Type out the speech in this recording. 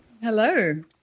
Hello